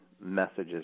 messages